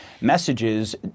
messages